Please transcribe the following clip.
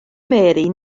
mary